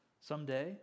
someday